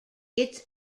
its